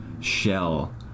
shell